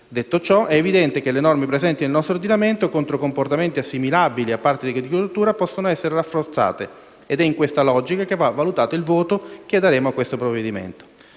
Detto questo, è evidente che le norme presenti nel nostro ordinamento, contro comportamenti assimilabili a pratiche di tortura, possono essere rafforzate ed è in questa logica che va valutato il voto che daremo a questo provvedimento.